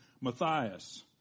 Matthias